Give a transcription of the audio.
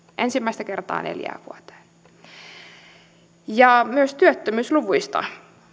ensimmäistä kertaa neljään vuoteen myös työttömyysluvuista